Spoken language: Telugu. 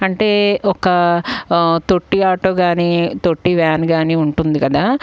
అంటే ఒక తొట్టి ఆటో కాని తొట్టి వ్యాన్ కాని ఉంటుంది కదా